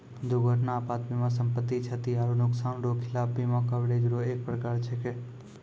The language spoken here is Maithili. दुर्घटना आपात बीमा सम्पति, क्षति आरो नुकसान रो खिलाफ बीमा कवरेज रो एक परकार छैकै